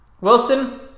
Wilson